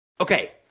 okay